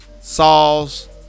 sauce